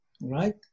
right